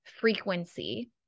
frequency